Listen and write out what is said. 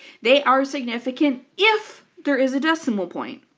they are significant if there is a decimal point.